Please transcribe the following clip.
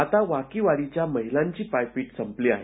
आता वाकीवाडीच्या महिलांची पायपीट संपली आहे